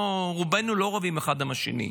רובנו לא רבים אחד עם השני,